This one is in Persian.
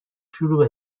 شروع